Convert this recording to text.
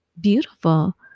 beautiful